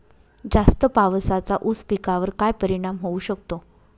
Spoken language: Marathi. जास्त पावसाचा ऊस पिकावर काय परिणाम होऊ शकतो?